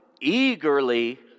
eagerly